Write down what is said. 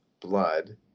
blood